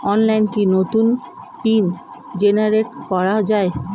অনলাইনে কি নতুন পিন জেনারেট করা যায়?